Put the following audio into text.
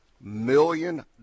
million